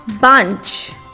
bunch